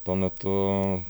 tuo metu